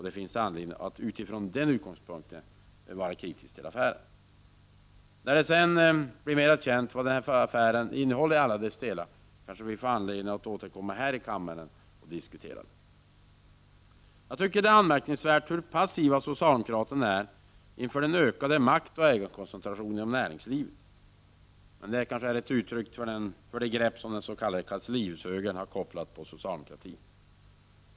Det finns anledning att utifrån den utgångspunkten vara kritisk till den affären. När det så småningom blir mera känt vad affären innehåller i alla sina delar, kanske vi får anledning att återkomma här i kammaren och diskutera den. Det är anmärkningsvärt hur passiva socialdemokraterna är inför den ökade maktoch ägarkoncentrationen inom näringslivet. Det kanske är ett uttryck för det grepp som den s.k. kanslihushögern har kopplat på socialdemokratin.